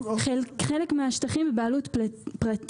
חלק מן השטחים נמצאים בבעלות פרטית,